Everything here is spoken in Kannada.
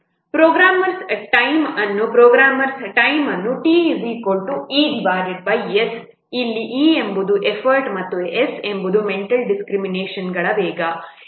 ಪ್ರೋಗ್ರಾಮರ್ನ ಟೈಮ್programmer's time ಅನ್ನು ಪ್ರೋಗ್ರಾಮರ್ನ ಟೈಮ್programmer's time ಅನ್ನು TES ಇಲ್ಲಿ E ಎಂಬುದು ಎಫರ್ಟ್ ಮತ್ತು S ಮೆಂಟಲ್ ಡಿಸ್ಕ್ರಿಮಿನೇಷನ್ಗಳ ವೇಗ